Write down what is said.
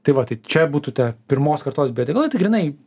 tai va tai čia būtų ta pirmos kartos biodegalai tai grynai